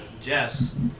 Jess